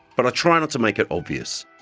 but i try not to make it obvious.